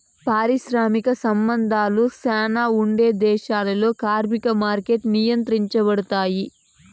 పారిశ్రామిక సంబంధాలు శ్యానా ఉండే దేశాల్లో కార్మిక మార్కెట్లు నియంత్రించబడుతాయి